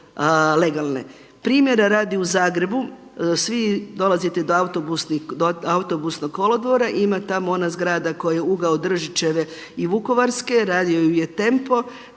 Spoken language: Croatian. Primjera radi, u Zagrebu svi dolazite do Autobusnog kolodvora i ima tamo ona zgrada koja je ugao Držićeve i Vukovarske, radio ju je Tempo,